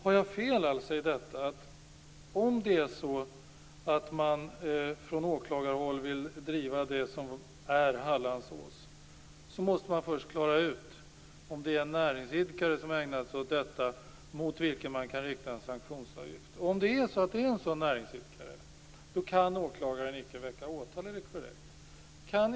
Har jag fel i att om man från åklagarhåll vill driva Hallandsåsärendet måste man först klara ut om det är en näringsidkare som har ägnat sig åt detta, så att man har någon att rikta en sanktionsavgift mot? Om det är fråga om en näringsidkare kan åklagaren inte väcka åtal. Är det korrekt?